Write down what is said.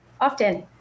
often